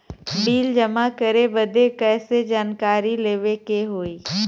Bill जमा करे बदी कैसे जानकारी लेवे के होई?